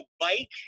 bike